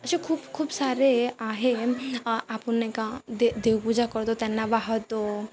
असे खूप खूप सारे आहे आपण एका दे देवपूजा करतो त्यांना वाहतो